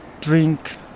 drink